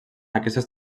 aquestes